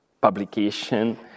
publication